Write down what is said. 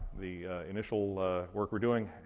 the initial work we're doing,